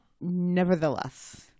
nevertheless